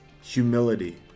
humility